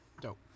Dope